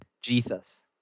Jesus